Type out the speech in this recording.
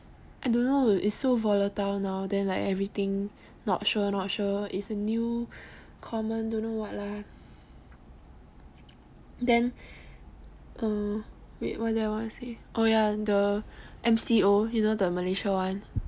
I don't know it's so volatile now then like everything not sure not sure it's a new common don't know [what] lah then err wait what did I want to say oh ya then the M_C_O you know the Malaysia [one]